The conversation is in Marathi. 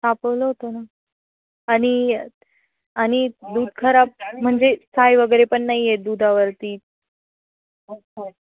तापवलं होतं ना आणि आणि दूध खराब म्हणजे साय वगैरे पण नाही येत दुधावरती असं